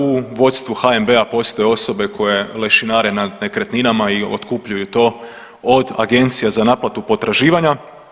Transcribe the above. U vodstvu HNB-a postoje osobe koje lešinare nad nekretninama i otkupljuju to od agencija za naplatu potraživanja.